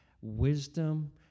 wisdom